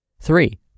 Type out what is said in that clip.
Three